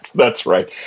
that's right.